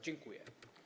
Dziękuję.